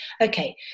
okay